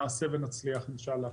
נעשה ונצליח אינשאללה.